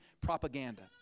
propaganda